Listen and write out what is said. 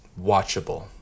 watchable